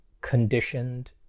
conditioned